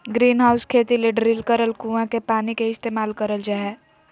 greenhouse खेती ले drill करल कुआँ के पानी के इस्तेमाल करल जा हय